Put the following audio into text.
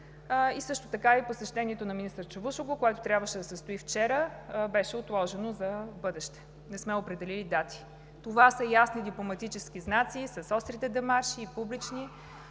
Също така и посещението на министър Чавушоглу, което трябваше да се състои вчера, беше отложено за в бъдеще, не сме определили дати. Това са ясни дипломатически знаци – и с острите демарши, и публични,